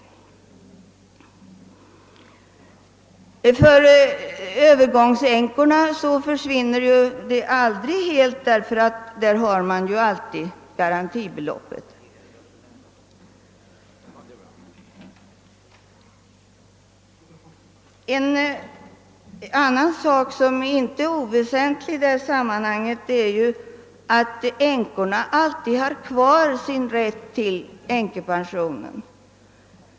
För Öövergångsänkorna elimineras pensionen aldrig helt, därför att de har ju alltid kvar garantibeloppet. En annan sak, som inte är oväsentlig i detta sammanhang, är att änkorna alltid har kvar sin rätt till änkepensionen.